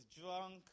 drunk